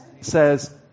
says